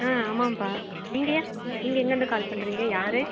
ஆ ஆமாப்பா நீங்கள் எ நீங்கள் எங்கேயிருந்து கால் பண்ணுறீங்க யார்